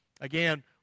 Again